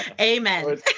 Amen